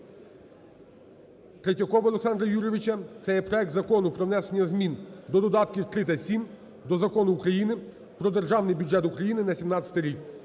Третьякова Олександра Юрійовича. Це є проект Закону про внесення змін до додатків № 3 та № 7 до Закону України "Про Державний бюджет України на 2017 рік"